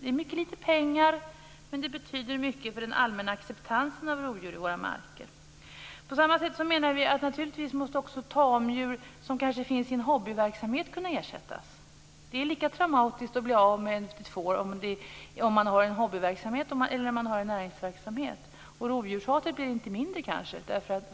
Det är mycket litet pengar, men det betyder mycket för den allmänna acceptansen av rovdjur i våra marker. På samma sätt måste också tamdjur i hobbyverksamhet kunna ersättas. Det är lika traumatiskt att bli av med ett får i en hobbyverksamhet som i en näringsverksamhet. Rovdjurshatet blir inte mindre